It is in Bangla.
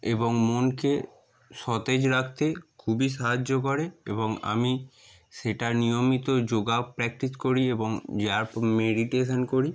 এবং মনকে সতেজ রাখতে খুবই সাহায্য করে এবং আমি সেটা নিয়মিত যোগা প্র্যাকটিস করি এবং যার মেডিটেশান করি